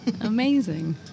Amazing